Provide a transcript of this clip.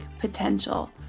potential